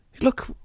Look